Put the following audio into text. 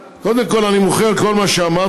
קודם כול, אני מוחה על כל מה שאמרת.